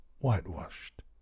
Whitewashed